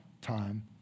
time